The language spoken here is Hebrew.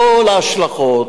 כל ההשלכות,